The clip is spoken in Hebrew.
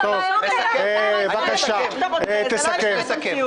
בבקשה, תסכם.